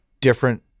different